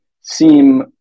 seem